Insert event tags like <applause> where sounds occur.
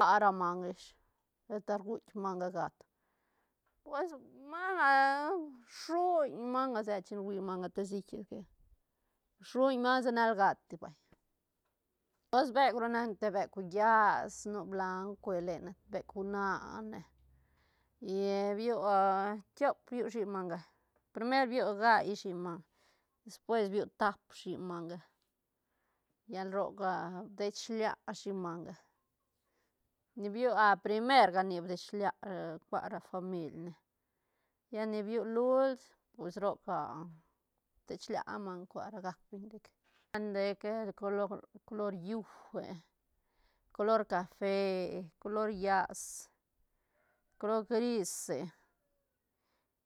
Ra- ra manga ish sheta rguitk manga gat pues <unintelligible> rsuñ manga se chin rui manga te site que rsuñ manga se nal gati vay osh beuk re nac ne te beuk llas nu blaun cue lene beuk huane y bioa <hesitation> tiop biu shiñ manga, primer biu gai shiñ manga despues biu tap shiñ manga llal roc ha dei shilia manga ni bua <hesitation> primerga nic dei shilia cua ra famiil ne, lla ni biu luult pues roc <hesitation> dei shilia manga cua la gac beñ rec, ra ndec eh color- color llue, color cafe, color llas, color grise